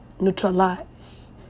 neutralize